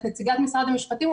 את נציגת משרד המשפטים,